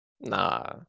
Nah